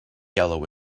yellow